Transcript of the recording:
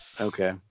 Okay